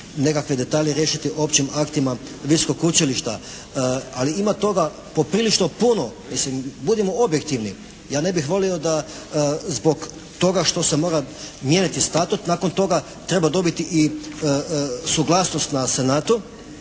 nekakvi detalji riješiti općim aktima Visokog učilišta. Ali ima toga poprilično puno. Mislim budimo objektivni. Ja ne bih volio da zbog toga što se mora mijenjati Statut, nakon toga treba dobiti i suglasnost na Senatu,